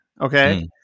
Okay